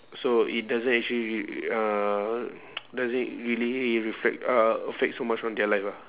so it doesn't actually uh doesn't really reflect uh affect so much on their life ah